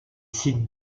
sites